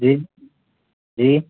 जी जी